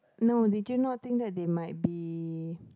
no did you not think that they might be